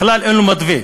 בכלל אין לו מתווה.